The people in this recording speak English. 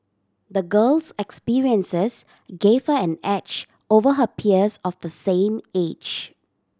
the girl's experiences gave her an edge over her peers of the same age